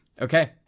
okay